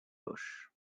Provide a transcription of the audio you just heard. poche